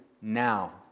now